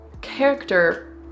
character